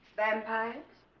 vampires